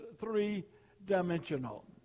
three-dimensional